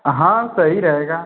हाँ सही रहेगा